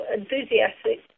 enthusiastic